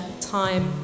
time